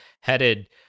headed